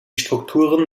strukturen